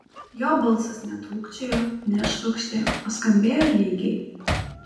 jo balsas netrūkčiojo nešvokštė o skambėjo lygiai